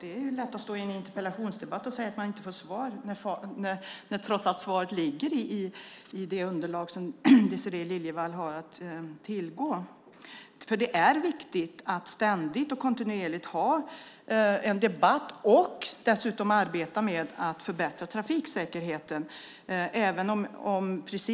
Det är lätt att stå i en interpellationsdebatt och säga att man inte fått svar, trots att svaret föreligger. Det är viktigt att kontinuerligt ha en debatt och dessutom arbeta med att förbättra trafiksäkerheten.